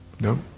no